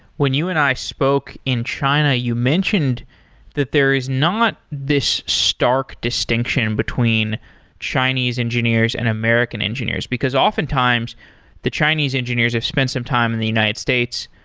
when you and i spoke in china, you mentioned that there is not this stark distinction between chinese engineers and american engineers, because often times the chinese engineers have spent some time in the united states.